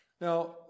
Now